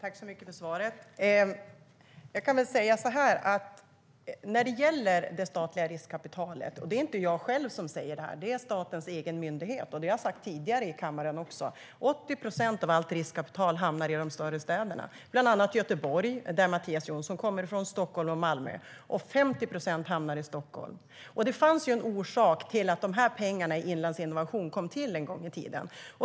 Herr talman! Tack, Mattias Jonsson, för svaret! När det gäller det statliga riskkapitalet säger statens egen myndighet - detta har jag framhållit tidigare i kammaren också - att 80 procent av allt riskkapital hamnar i de större städerna, bland annat i Göteborg, som Mattias Jonsson kommer ifrån, Stockholm och Malmö. 50 procent hamnar i Stockholm. Det fanns en anledning till att pengarna i Inlandsinnovation kom till en gång i tiden.